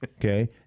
okay